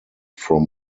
from